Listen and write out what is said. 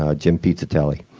ah jim pizzutelli.